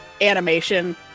animation